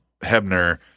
Hebner